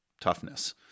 toughness